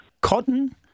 Cotton